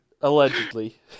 Allegedly